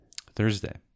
Thursday